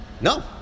no